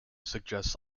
suggests